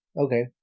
Okay